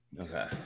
Okay